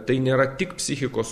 tai nėra tik psichikos